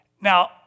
Now